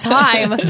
time